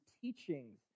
teachings